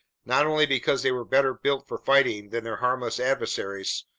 not only because they were better built for fighting than their harmless adversaries,